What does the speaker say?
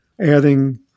adding